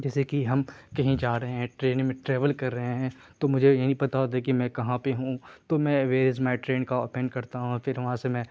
جیسے کہ ہم کہیں جا رہے ہیں ٹرین میں ٹریول کر رہے ہیں تو مجھے یہ نہیں پتا ہوتا ہے کہ میں کہاں پہ ہوں تو میں ویئر از مائی ٹرین کا اوپین کرتا ہوں اور پھر وہاں سے میں